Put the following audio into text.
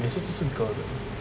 每次都是 girl 的